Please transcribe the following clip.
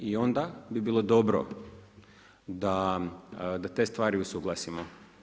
I onda bi bilo dobro da te stvari usuglasimo.